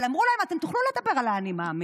אבל אמרו להם: אתם תוכלו לדבר על האני-מאמין,